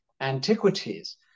antiquities